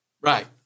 Right